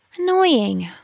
Annoying